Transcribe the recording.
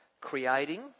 creating